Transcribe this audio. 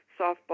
softball